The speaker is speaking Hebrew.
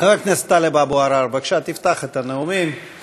הצעת חוק לייעול האכיפה והפיקוח העירוניים ברשויות המקומיות (הוראת שעה)